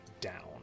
down